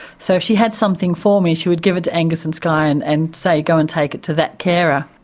so if she had something for me, she would give it to angus and skye and and say, go and take it to that carer.